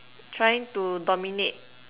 trying to dominate